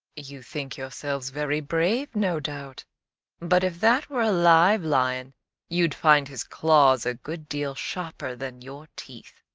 you think yourselves very brave, no doubt but if that were a live lion you'd find his claws a good deal sharper than your teeth.